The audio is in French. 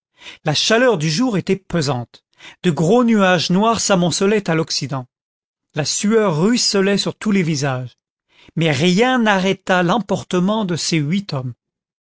la chaleur du jour était pesante de gros nuages noirs s'amoncelaient à l'occident la sueur ruisselait sur tous les visages mais rieq n arrêta l'emportement de ces huit hommes